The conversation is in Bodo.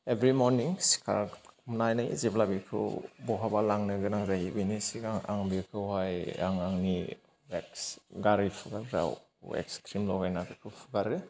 एभ्रि मर्निं सिखारनानै जेब्ला बेखौ बहाबा लांनो गोनां जायो बिनि सिगां आं बेखौहाय बे आं आंनि वेक्स गारि फुगारग्रा वेक्स क्रिम लगायना फुगारो